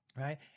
Right